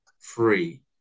free